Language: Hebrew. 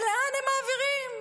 ולאן הם מעבירים?